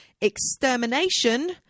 Extermination